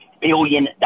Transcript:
billion